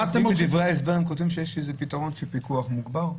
בדברי ההסבר הם כותבים שיש פתרון של פיקוח מוגבר.